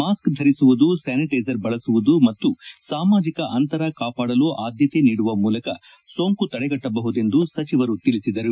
mass ಧರಿಸುವುದು sanitizer ಬಳಸುವುದು ಮತ್ತು ಸಾಮಾಜಿಕ ಅಂತರ ಕಾಪಾಡಲು ಆದ್ಯತೆ ನೀಡುವ ಮೂಲಕ ಸೋಂಕು ತಡೆಗಟ್ಟಬಹುದೆಂದು ಸಚಿವರು ತಿಳಿಸಿದರು